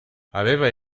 aveva